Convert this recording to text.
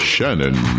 Shannon